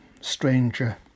stranger